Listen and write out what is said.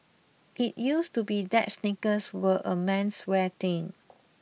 it used to be that sneakers were a menswear thing